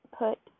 put